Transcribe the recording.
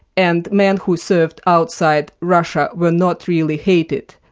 and men who served outside russia were not really hated,